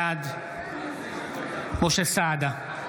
בעד משה סעדה,